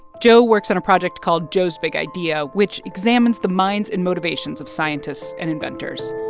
joe works on a project called joe's big idea, which examines the minds and motivations of scientists and inventors